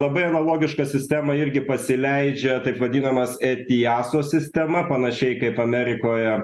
labai analogiška sistema irgi pasileidžia taip vadinamas etijasos sistema panašiai kaip amerikoje